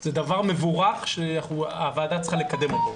זה דבר מבורך שהוועדה צריכה לקדם אותו.